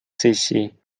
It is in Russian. сессией